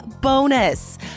bonus